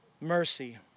mercy